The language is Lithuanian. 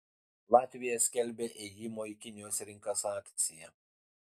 latvija skelbia ėjimo į kinijos rinkas akciją